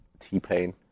T-Pain